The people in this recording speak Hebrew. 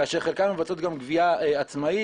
כאשר חלקן מבצעות גם גבייה עצמאית,